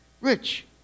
Rich